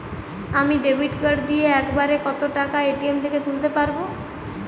আমি debit card দিয়ে এক বারে কত টাকা এ.টি.এম থেকে তুলতে পারবো?